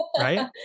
right